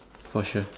for sure